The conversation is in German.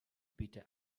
bitte